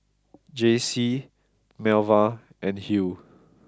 Jaycie Melva and Hugh